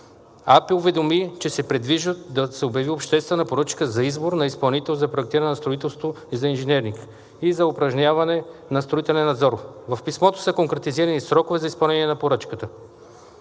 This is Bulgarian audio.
АПИ уведомява, че се предвижда да се обяви обществена поръчка за избор на изпълнител за проектиране на строителство и за инженеринг и за упражняване на строителен надзор. В писмото са конкретизирани срокове за изпълнение на поръчката.